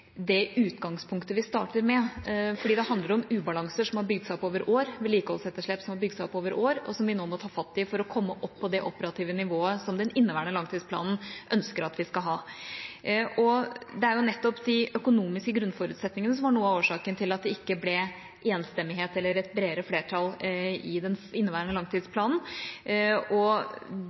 det utgangspunktet vi starter med, fordi det handler om ubalanser og vedlikeholdsetterslep som har bygd seg opp over år, og som vi nå må ta fatt i for å komme opp på det operative nivået som den inneværende langtidsplanen ønsker at vi skal ha. Det er jo nettopp de økonomiske grunnforutsetningene som var noe av årsaken til at det ikke ble enstemmighet eller et bredere flertall for den inneværende